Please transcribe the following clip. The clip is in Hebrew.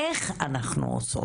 איך אנחנו עושות.